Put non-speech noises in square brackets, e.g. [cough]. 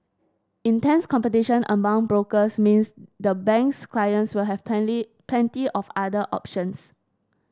intense competition among brokers means the bank's clients will have [unintelligible] plenty of other options